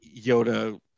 Yoda